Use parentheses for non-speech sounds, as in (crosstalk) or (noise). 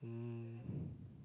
mm (breath)